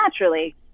naturally